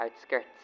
outskirts